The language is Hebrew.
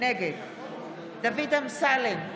נגד דוד אמסלם,